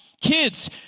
Kids